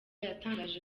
yatangaje